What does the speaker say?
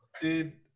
Dude